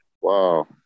wow